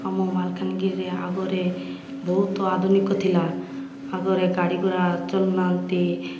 ଆମ ମାଲକାନଗିରିରେ ଆଗରେ ବହୁତ ଆଧୁନିକ ଥିଲା ଆଗରେ ଗାଡ଼ି ଗୋଡ଼ା ଚଲୁନାହାନ୍ତି